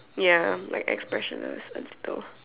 ya like expressionless and stuff